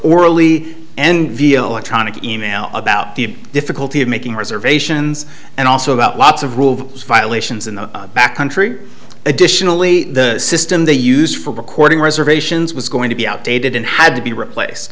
orally and via electronic email about the difficulty of making reservations and also about lots of rules violations in the back country additionally the system they use for recording reservations was going to be outdated and had to be replaced